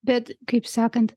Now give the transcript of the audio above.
bet kaip sakant